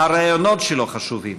הרעיונות שלו חשובים,